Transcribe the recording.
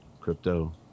crypto